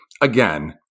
again